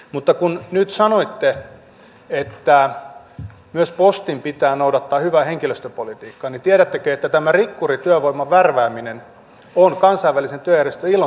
mutta kun nyt sanoitte että myös postin pitää noudattaa hyvää henkilöstöpolitiikkaa niin tiedättekö että tämä rikkurityövoiman värvääminen on kansainvälisen työjärjestö ilon sopimuksen vastaista